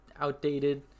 outdated